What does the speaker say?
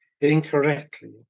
incorrectly